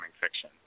fiction